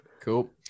cool